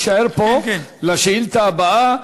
תישאר פה לשאילתה הבאה,